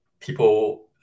people